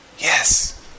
Yes